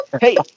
hey